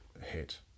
hit